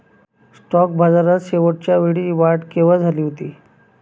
Stock बाजारात शेवटच्या वेळी वाढ केव्हा झाली होती?